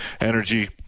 energy